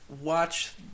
watch